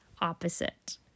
opposite